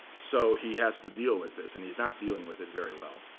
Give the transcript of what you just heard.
so he has to deal with this. and he's not dealing with it very well.